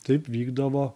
taip vykdavo